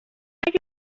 اگر